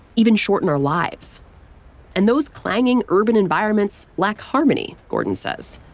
even shorten our lives and those clanging urban environments lack harmony, gordon says.